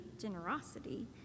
generosity